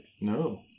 No